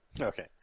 okay